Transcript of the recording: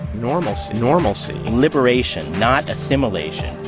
normalcy, normalcy. liberation, not assimilation